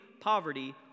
poverty